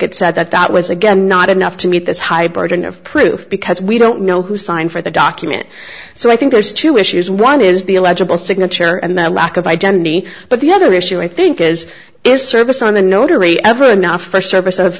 circuit said that that was again not enough to meet this high burden of proof because we don't know who signed for the document so i think there's two issues one is the illegible signature and the lack of identity but the other issue i think is is service on the notary ever enough for service